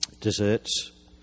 desserts